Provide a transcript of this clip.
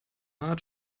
mar